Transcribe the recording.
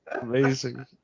amazing